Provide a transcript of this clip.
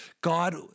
God